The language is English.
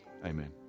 Amen